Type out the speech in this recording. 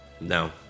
No